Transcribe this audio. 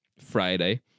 Friday